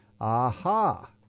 Aha